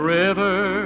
river